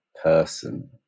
person